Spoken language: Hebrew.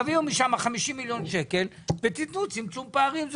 תביאו משם 50 מיליון שקל ותתנו לקרן לצמצום פערים,